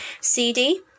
CD